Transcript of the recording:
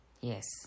yes